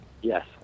Yes